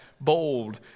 bold